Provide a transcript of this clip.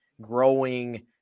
growing